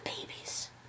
babies